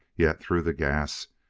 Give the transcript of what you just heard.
yet, through the gas,